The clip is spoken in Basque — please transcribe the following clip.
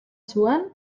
zuen